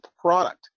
product